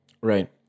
Right